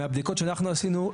מהבדיקות שאנחנו עשינו,